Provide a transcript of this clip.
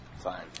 Fine